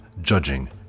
judging